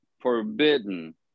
forbidden